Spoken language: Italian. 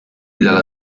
dalla